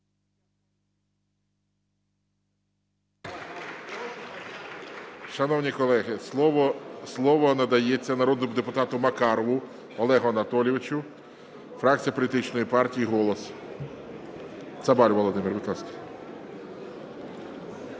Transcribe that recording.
Шановні колеги, слово надається народному депутату Макарову Олегу Анатолійовичу, фракція політичної партії "Голос". Цабаль Володимир, будь ласка.